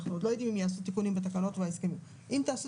אנחנו עוד לא יודעים אם ייעשו תיקונים ותקנות בהסכמים אם תעשו